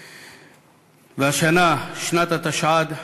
והשנה, שנת התשע"ד,